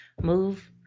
move